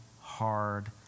hard